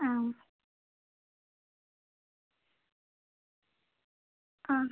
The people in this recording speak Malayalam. ആ ആ